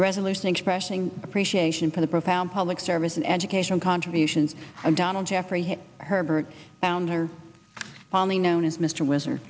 resolution expressing appreciation for the profound public service an education contributions of donald jeffrey herbert founder polly known as mr wizard